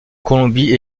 colombie